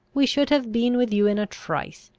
we should have been with you in a trice,